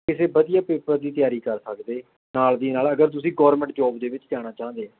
ਕਿਸੇ ਵਧੀਆ ਪੇਪਰ ਦੀ ਤਿਆਰੀ ਕਰ ਸਕਦੇ ਨਾਲ ਦੀ ਨਾਲ ਅਗਰ ਤੁਸੀਂ ਗੌਰਮੈਂਟ ਜੋਬ ਦੇ ਵਿੱਚ ਜਾਣਾ ਚਾਹੁੰਦੇ